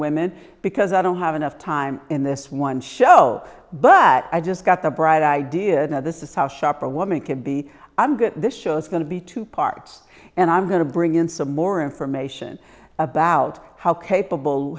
women because i don't have enough time in this one show but i just got the bright idea that this is how sharper a woman can be i'm good this show is going to be two parts and i'm going to bring in some more information about how capable